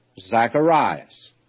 Zacharias